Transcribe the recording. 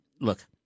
look